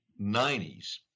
90s